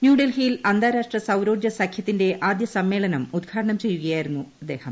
ന്യൂഡൽഹിയിൽ അന്താരാഷ്ട്ര സൌരോർജ്ജ സഖ്യത്തിന്റെ ആദ്യ സമ്മേളനം ഉദ്ഘാടനം ചെയ്യുകയായിരുന്നു അദ്ദേഹം